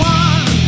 one